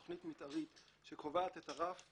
תכנית מתארית שקובעת את הרף,